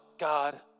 God